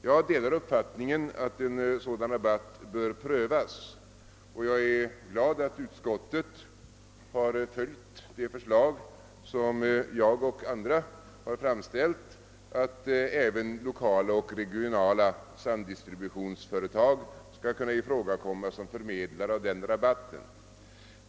Jag delar uppfattningen att en sådan rabatt bör prövas, och jag är glad över att utskottet har följt det förslag som jag och andra har framställt om att även lokala och regionala samdistributionsföretag skall kunna ifrågakomma som förmedlare av den rabatten.